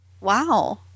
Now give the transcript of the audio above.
Wow